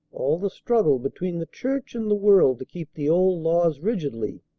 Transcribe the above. all the struggle between the church and the world to keep the old laws rigidly